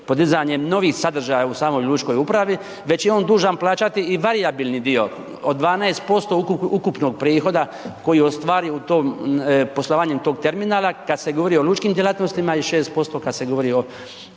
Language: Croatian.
podizanje novih sadržaja u samoj lučkoj upravi. Već je on dužan plaćati i varijabilni dio od 12% ukupnog prihoda koji ostvari u tom, poslovanjem tog terminala, kad se govori o lučkim djelatnostima i 6% kad se govori o